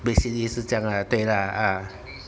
basically 是这样啦对啦啊